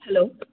hello